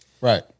Right